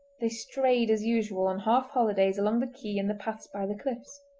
they strayed as usual on half-holidays along' the quay and the paths by the cliffs.